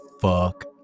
fuck